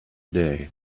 day